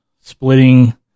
splitting